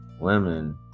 women